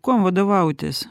kuom vadovautis